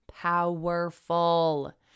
Powerful